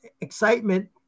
excitement